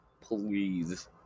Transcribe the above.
please